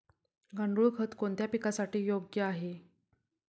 गांडूळ खत कोणत्या पिकासाठी योग्य आहे?